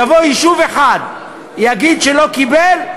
יבוא יישוב אחד ויגיד שלא קיבל,